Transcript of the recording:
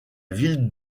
ville